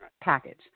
package